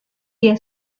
dia